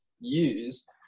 use